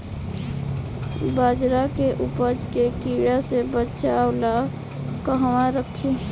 बाजरा के उपज के कीड़ा से बचाव ला कहवा रखीं?